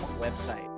website